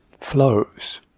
flows